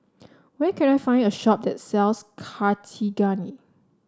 where can I find a shop that sells Cartigain